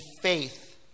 faith